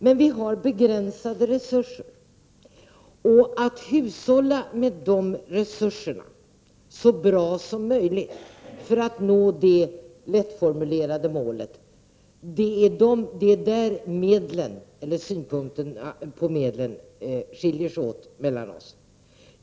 Men vi har begränsade resurser. Vi måste hushålla med dessa resurser så bra som möjligt för att nå det lättformulerade målet. Det är synen på medlen som skiljer oss åt.